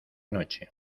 noche